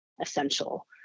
essential